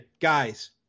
guys